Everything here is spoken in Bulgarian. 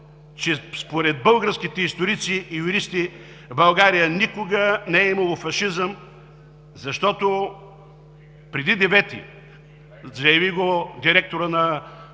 че според българските историци и юристи в България никога не е имало фашизъм, защото преди 9 септември – заяви го директорът на